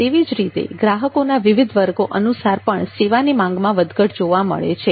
તેવી જ રીતે ગ્રાહકોના વિવિધ વર્ગો અનુસાર પણ સેવાની માંગમાં વધઘટ જોવા મળે છે